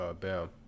Bam